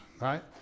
right